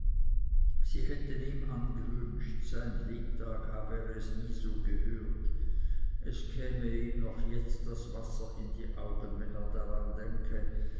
sie hätten ihm angewünscht sein lebtag habe er es nie so gehört es käme ihm noch jetzt das wasser in die augen wenn er daran denke